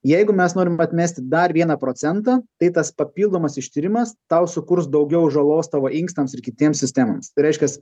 jeigu mes norim atmesti dar vieną procentą tai tas papildomas ištyrimas tau sukurs daugiau žalos tavo inkstams ir kitiems sistemoms tai reiškias